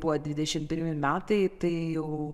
buvo dvidešim pirmi metai tai jau